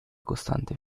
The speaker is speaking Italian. costante